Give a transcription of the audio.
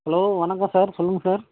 hello வணக்கம் sir சொல்லுங்கள் sir